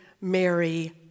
Mary